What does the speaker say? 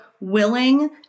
willing